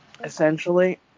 Essentially